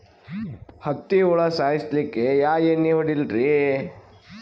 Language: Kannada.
ಹತ್ತಿ ಹುಳ ಸಾಯ್ಸಲ್ಲಿಕ್ಕಿ ಯಾ ಎಣ್ಣಿ ಹೊಡಿಲಿರಿ?